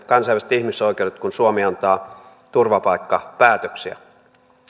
kansainväliset ihmisoikeudet kun suomi antaa turvapaikkapäätöksiä